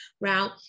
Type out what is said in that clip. route